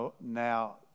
now